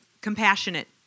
Compassionate